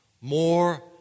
more